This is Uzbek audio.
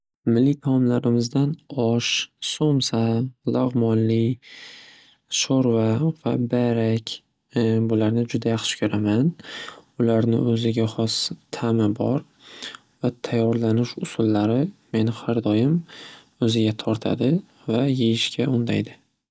Milliy taomlarimizdan osh, so'msa, lag'monli sho'rva va barak bularni juda yaxshi ko'raman. Ularni o'ziga hos ta'mi bor va tayyorlanish usullari meni har doyim o'ziga tortadi va yeyishga undaydi.